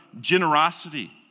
generosity